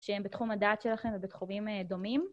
שהם בתחום הדעת שלכם ובתחומים דומים.